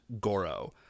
Goro